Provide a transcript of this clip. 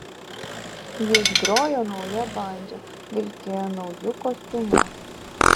jis grojo nauja bandža vilkėjo nauju kostiumu